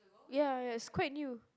ya ya is quite new